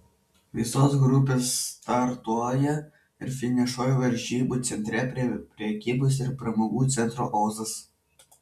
visos grupės startuoja ir finišuoja varžybų centre prie prekybos ir pramogų centro ozas